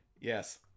yes